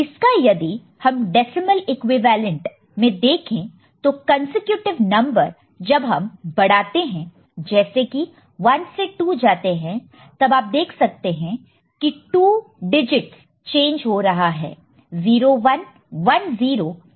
इसका यदि हम डेसिमल इक्विवेलेंट में देखें तो कंसेक्युटिव नंबर जब हम बढ़ाते हैं जैसे कि 1 से 2 जाते हैं तब आप देख सकते हैं कि 2 डिजिटस चेंज हो रहा है 0 1 10 बन रहा है